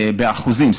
באחוזים,